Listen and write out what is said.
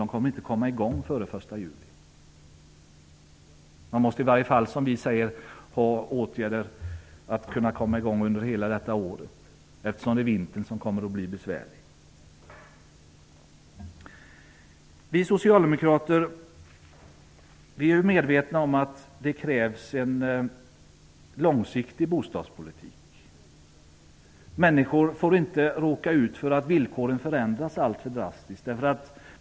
De kommer inte att komma i gång före den 1 juli. Man måste i varje fall ha åtgärder i beredskap som kan komma i gång under hela detta år, eftersom vintern kommer att bli besvärlig. Vi socialdemokrater är medvetna om att det krävs en långsiktig bostadspolitik. Människor får inte råka ut för att villkoren förändras alltför drastiskt.